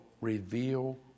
reveal